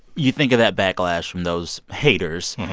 you think of that backlash from those haters.